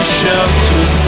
shelter